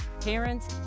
parents